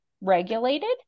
regulated